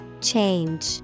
Change